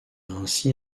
ainsi